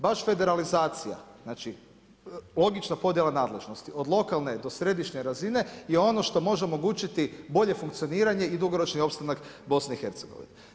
Baš federalizacija, znači logična podjela nadležnosti, od lokalne do središnje razine je ono što može omogućiti bolje funkcioniranje i dugoročni opstanaka BiH-a.